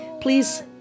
Please